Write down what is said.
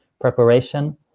preparation